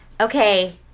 Okay